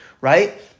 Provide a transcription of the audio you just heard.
right